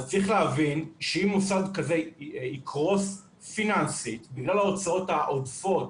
אם מוסד כזה יקרוס פיננסית בגלל ההוצאות העודפות